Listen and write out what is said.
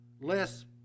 less